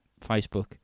Facebook